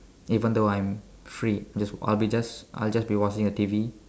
even though I'm free just I'll be just I'll just be watching the T_V